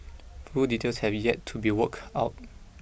full details have yet to be work out